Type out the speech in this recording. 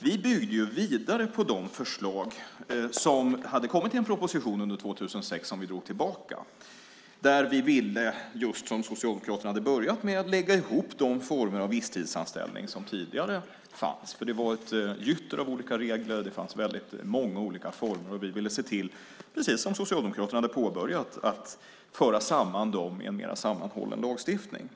Vi byggde ju vidare på de förslag som kommit i en proposition under 2006 och som vi drog tillbaka. Där ville vi, vilket Socialdemokraterna börjat med, lägga ihop de former av visstidsanställning som tidigare fanns. Det var ett gytter av olika regler. Det fanns många olika former. Vi ville, precis som Socialdemokraterna hade påbörjat, föra samman dem i en mer sammanhållen lagstiftning.